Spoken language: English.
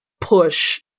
push